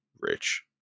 rich